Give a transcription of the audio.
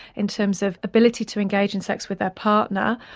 in terms of ability to engage in sex with their partner.